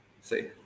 See